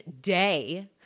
day